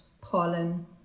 pollen